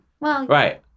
Right